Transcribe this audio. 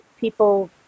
people